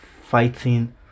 fighting